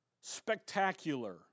spectacular